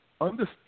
understand